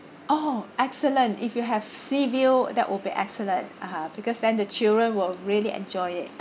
oh excellent if you have sea view that will be excellent uh because then the children will really enjoy it